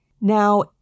Now